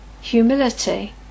humility